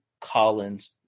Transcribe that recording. Collins